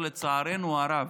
לצערנו הרב,